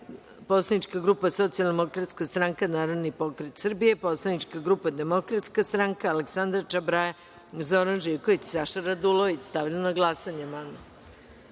poslanička grupa Socijaldemokratska stranka, Narodni pokret Srbije, poslanička grupa DS, Aleksandra Čabraja, Zoran Živković i Saša Radulović. Stavljam na glasanje